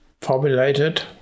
formulated